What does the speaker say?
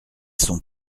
sont